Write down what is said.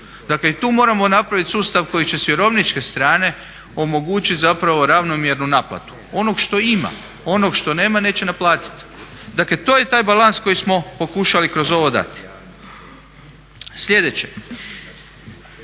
Dakle i tu moramo napraviti sustav koji će sa vjerovničke strane omogućiti zapravo ravnomjernu naplatu onog što ima, onog što nema neće naplatiti. Dakle to je taj balans koji smo pokušali kroz ovo dati. Sljedeće,